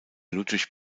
ludwig